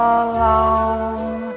alone